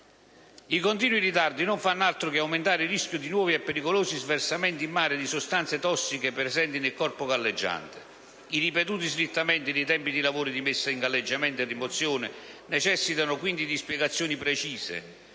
I continui ritardi non fanno altro che aumentare il rischio di nuovi e pericolosi sversamenti in mare di sostanze tossiche presenti nel corpo galleggiante. I ripetuti slittamenti nei tempi dei lavori di messa in galleggiamento e rimozione necessitano quindi di spiegazioni precise,